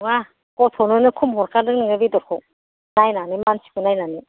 नङा गथ'नो नो खम हरखादों नोङो बेदरखौ नायनानै मानसिखौ नायनानै